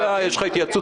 מההתייעצות